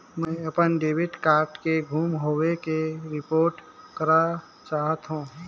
मैं अपन debit card के गुम होवे के रिपोर्ट करा चाहत हों